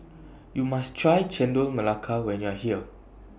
YOU must Try Chendol Melaka when YOU Are here